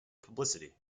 publicity